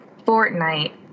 Fortnite